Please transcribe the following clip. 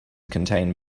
contained